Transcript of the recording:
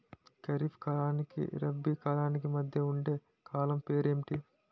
ఖరిఫ్ కాలానికి రబీ కాలానికి మధ్య ఉండే కాలం పేరు ఏమిటి?